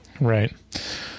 Right